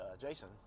Jason